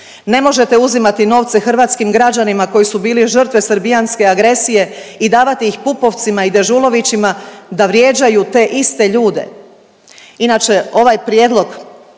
Ne možete uzimati novce hrvatskim građanima koji su bili žrtve srbijanske agresije i davati ih Pupovcima i Dežulovićima da vrijeđaju te iste ljude. Inače ovaj prijedlog